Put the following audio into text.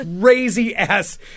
crazy-ass